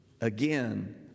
Again